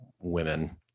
women